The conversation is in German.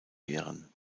wären